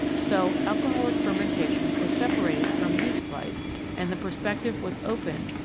so alcoholic fermentation was separated from yeast-life and the perspective was opened,